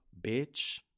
bitch